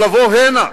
אבל לבוא הנה,